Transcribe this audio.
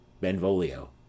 Benvolio